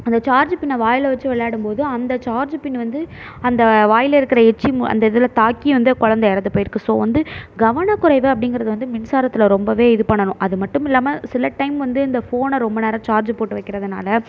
அந்த சார்ஜ் பின்னை வாயிலை வச்சு விளையாடும்போது அந்த சார்ஜ் பின்னு வந்து அந்த வாயில் இருக்கிற எச்சில் அந்த இதில் தாக்கி வந்து குழந்த இறந்து போயிருக்குது ஸோ வந்து கவன குறைவு அப்படிங்கிறது வந்து மின்சாரத்தில் ரொம்பவே இது பண்ணணும் அது மட்டும் இல்லாமல் சில டைம் வந்து இந்த ஃபோனை ரொம்ப நேரம் சார்ஜ் போட்டு வைக்கிறதுனால